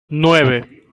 nueve